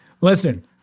Listen